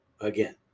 again